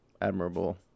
admirable